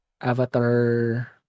avatar